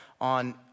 on